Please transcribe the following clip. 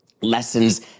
lessons